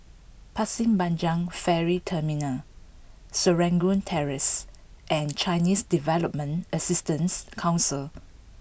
Pasir Panjang Ferry Terminal Serangoon Terrace and Chinese Development Assistance Council